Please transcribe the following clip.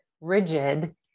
rigid